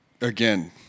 again